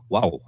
Wow